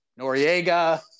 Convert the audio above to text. Noriega